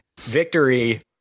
victory